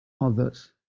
others